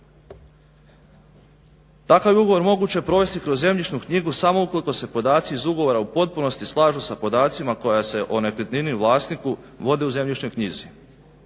Takav je ugovor moguće provesti kroz zemljišnu knjigu samo ukoliko se podaci iz ugovora u potpunosti slažu sa podacima koji se o nekretnini i vlasniku vode u zemljišnoj knjizi.